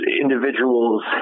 individuals